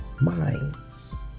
minds